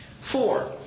Four